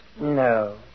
No